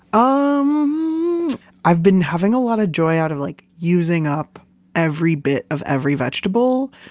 um i've been having a lot of joy out of like using up every bit of every vegetable.